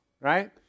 right